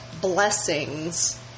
blessings